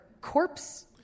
corpse